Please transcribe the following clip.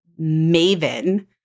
maven –